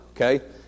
Okay